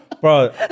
bro